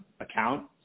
Account